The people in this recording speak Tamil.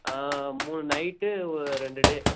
ஆ மூணு நைட்டு ஒரு ரெண்டு டே